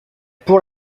pour